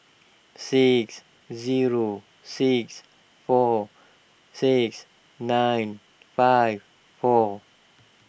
six zero six four six nine five four